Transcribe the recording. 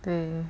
对